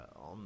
on